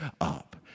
up